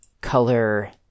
color